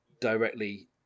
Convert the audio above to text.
directly